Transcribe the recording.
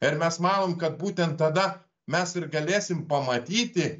ir mes manom kad būtent tada mes ir galėsim pamatyti